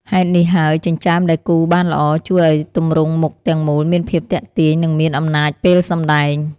ហេតុនេះហើយ ចិញ្ចើមដែលគូរបានល្អ ជួយឲ្យទម្រង់មុខទាំងមូលមានភាពទាក់ទាញ និងមានអំណាចពេលសម្ដែង។